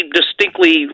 distinctly